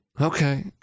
Okay